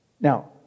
Now